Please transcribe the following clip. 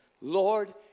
Lord